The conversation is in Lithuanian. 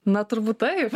na turbūt taip